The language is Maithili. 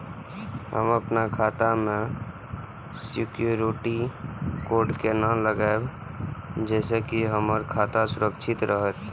हम अपन खाता में सिक्युरिटी कोड केना लगाव जैसे के हमर खाता सुरक्षित रहैत?